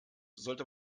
sollte